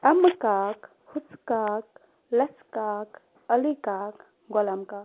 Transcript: امہٕ کاک ہُسہٕ کاک لَسہٕ کاک علی کاک غلام کاک